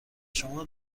شما